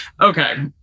Okay